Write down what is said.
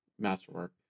masterwork